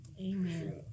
Amen